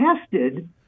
tested